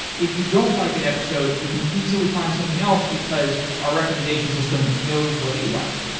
if you don't like an episode, you can easily find something else, because our recommendation system knows what you like.